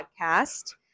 podcast